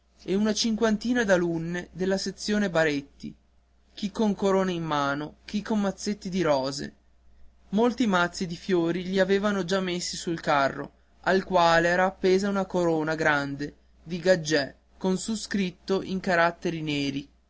e una cinquantina d'alunne della sezione baretti chi con corone in mano chi con mazzetti di rose molti mazzi di fiori li avevan già messi sul carro al quale era appesa una corona grande di gaggìe con su scritto in caratteri neri